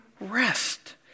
rest